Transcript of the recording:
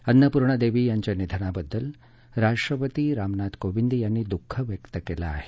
अन्नपूर्णादेवी यांच्या निधनाबद्दल राष्ट्रपती रामनाथ कोविंद यांनी दुःख व्यक्त केलं आहे